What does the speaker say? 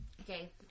Okay